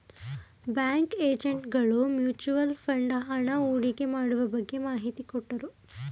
bank agent ಗಳು mutual fund ಹಣ ಹೂಡಿಕೆ ಮಾಡುವ ಬಗ್ಗೆ ಮಾಹಿತಿ ಕೊಟ್ಟರು